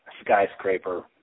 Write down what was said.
skyscraper